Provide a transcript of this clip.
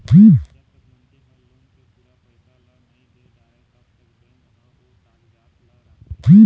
जब तक मनखे ह लोन के पूरा पइसा ल नइ दे डारय तब तक बेंक ह ओ कागजात ल राखथे